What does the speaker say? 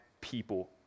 people